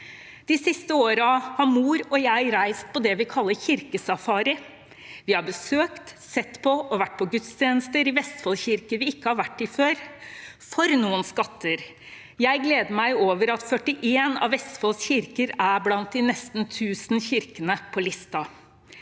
De siste årene har mor og jeg reist på det vi kaller «kirkesafari». Vi har besøkt, sett på og vært på gudstjenester i Vestfold-kirker vi ikke hadde vært i før. For noen skatter! Jeg gleder meg over at 41 av Vestfolds kirker er blant de nesten 1 000 kirkene på lista.